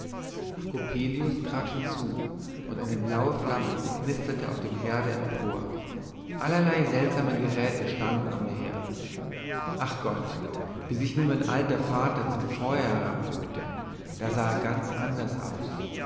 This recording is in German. coppelius trat hinzu und eine blaue flamme knisterte auf dem herde empor allerlei seltsames geräte stand umher ach gott wie sich nun mein alter vater zum feuer herabbückte da sah er ganz anders aus